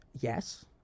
Yes